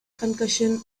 concussion